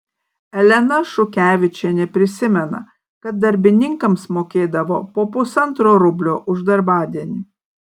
elena šukevičienė prisimena kad darbininkams mokėdavo po pusantro rublio už darbadienį